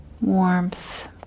warmth